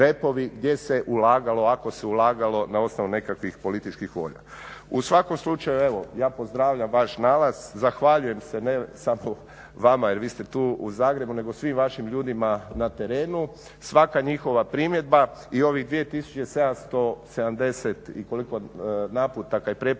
gdje se ulagalo ako se ulagalo na osnovu nekakvih političkih volja. U svakom slučaju evo ja pozdravljam vaš nalaz. Zahvaljujem se ne samo vama jer vi ste tu u Zagrebu nego svim vašim ljudima na terenu. Svaka njihova primjedba i ovih 2770 i koliko naputaka i preporuka